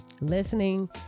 listening